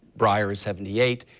breyer seventy eight,